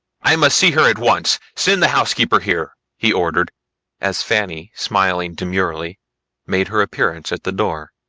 i must see her at once. send the house-keeper here, he ordered as fanny smiling demurely made her appearance at the door.